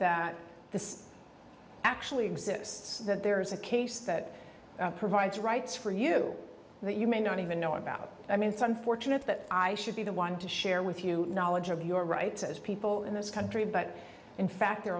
that this actually exists that there's a case that provides rights for you that you may not even know about i mean some fortunate that i should be the one to share with you knowledge of your rights as people in this country but in fact there